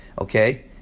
Okay